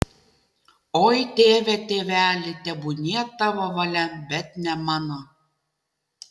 oi tėve tėveli tebūnie tavo valia bet ne mano